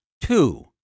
Two